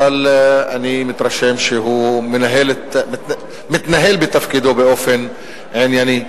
אבל אני חושב שהוא מתנהל בתפקידו באופן ענייני.